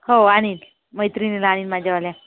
हो आनिल मैत्रीनिला आनिल माझ्यावाल्या